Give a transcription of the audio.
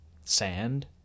Sand